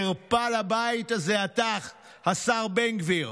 חרפה לבית הזה אתה, השר בן גביר.